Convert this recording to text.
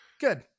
good